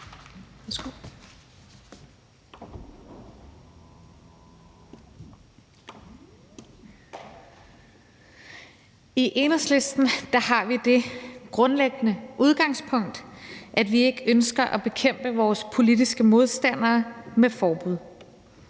I Enhedslisten har vi det grundlæggende udgangspunkt, at vi ikke ønsker at bekæmpe vores politiske modstandere med forbud.